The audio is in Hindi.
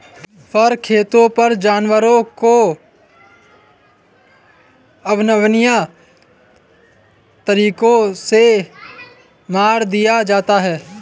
फर खेतों पर जानवरों को अमानवीय तरीकों से मार दिया जाता है